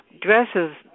dresses